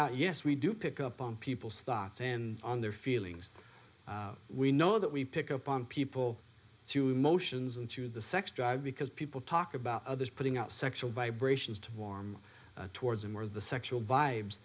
out yes we do pick up on people's thoughts and on their feelings we know that we pick up on people to emotions and to the sex drive because people talk about others putting out sexual by abrasions to warm towards more of the sexual vibes